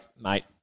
mate